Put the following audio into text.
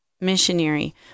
missionary